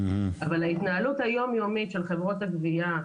אבל ההתנהלות היום יומית של חברות הגבייה,